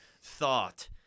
thought